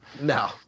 No